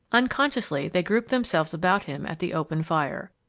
unconsciously they grouped themselves about him at the open fire.